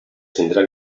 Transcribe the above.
tindran